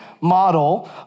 model